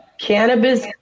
cannabis